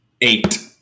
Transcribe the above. eight